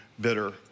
bitter